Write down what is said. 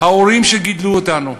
ההורים שגידלו אותנו,